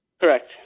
Correct